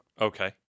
Okay